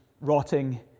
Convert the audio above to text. rotting